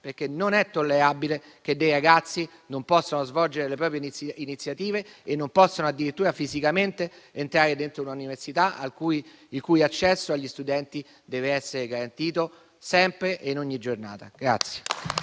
perché non è tollerabile che dei ragazzi non possano svolgere le proprie iniziative e non possano addirittura fisicamente entrare dentro un'università, il cui accesso agli studenti deve essere garantito sempre e in ogni giornata.